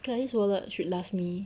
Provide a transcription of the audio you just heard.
this wallet should last me